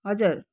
हजुर